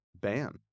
ban